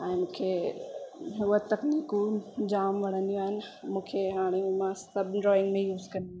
ऐं मूंखे हुअ तकनीकूं जामु वणंदियूं आहिनि मूंखे हाणे मां सभु ड्रॉइंग में यूज़ कंदी आहियां